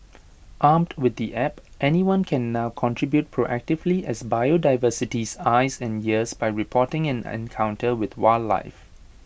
armed with the app anyone can now contribute proactively as biodiversity's eyes and ears by reporting an encounter with wildlife